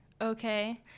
Okay